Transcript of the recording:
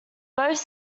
both